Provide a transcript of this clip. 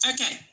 Okay